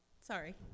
Sorry